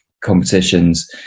competitions